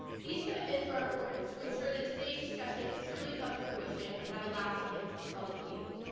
these commitments are important to ensure that today's discussions truly come to fruition and have a lasting impact on the community.